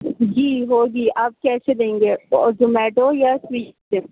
جی ہوگی آپ کیسے دیں گے اور زومیٹو یا سویگی سے